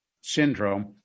syndrome